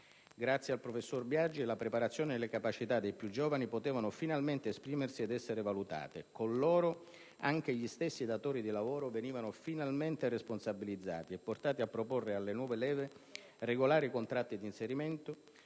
Grazie al professor Biagi, la preparazione e le capacità dei più giovani potevano finalmente esprimersi ed essere valutate. Con loro, anche gli stessi datori di lavoro venivano finalmente responsabilizzati, e portati a proporre alle nuove leve regolari contratti di inserimento,